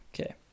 okay